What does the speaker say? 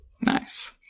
Nice